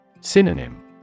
Synonym